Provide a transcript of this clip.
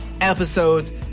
episodes